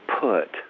put